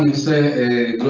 and say, ah,